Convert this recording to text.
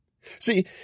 See